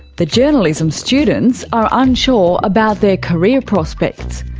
the journalism students are unsure about their career prospects.